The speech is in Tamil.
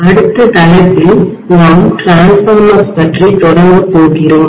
அடுத்த தலைப்பில் டிரான்ஸ்ஃபார்மர்ஸ் பற்றி தொடங்கப் போகிறோம்